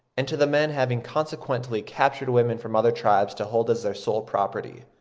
and to the men having consequently captured women from other tribes to hold as their sole property.